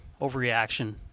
Overreaction